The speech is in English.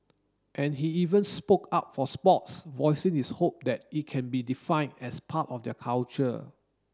and he even spoke up for sports voicing his hope that it can be defined as part of their culture